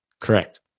Correct